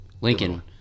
Lincoln